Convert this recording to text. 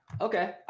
okay